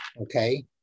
Okay